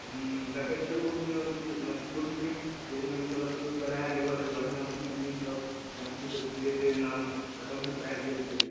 हुँ देखै छिए बहुत लोकके बीच मैथलिओ फिलिम केओ बना नहि रहल छै बढ़िआँ बढ़िआँ फिलिमसब मैथिलीके धीरे धीरे नाम खतम होइपर आबि गेल छै